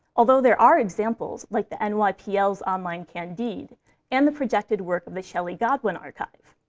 although there are examples, like the and nypl's online candide and the projected work of the shelley-godwin archive.